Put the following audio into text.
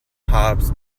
hobs